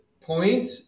point